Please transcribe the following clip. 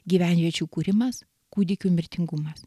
gyvenviečių kūrimas kūdikių mirtingumas